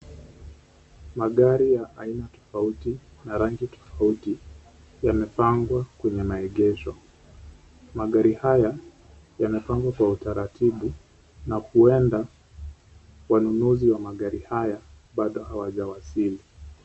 Magari ya aina tofauti na rangi tofauti yamepangwa kwenye maegesho. Magari haya yamepangwa kwa utaratibu na huenda wanunuzi wa magari haya bado hawaja wasili.